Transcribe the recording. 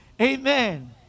Amen